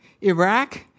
Iraq